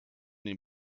den